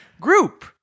group